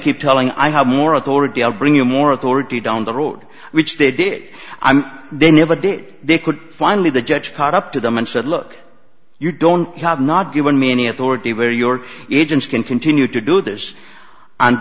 keep telling i have more authority i'll bring you more authority down the road which they did i mean they never did they could finally the judge caught up to them and said look you don't have not given me any authority where your agents can continue to do this and